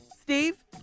Steve